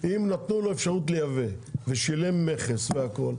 נתנו לו אפשרות לייבא והוא שילם מכס והכול,